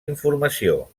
informació